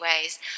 ways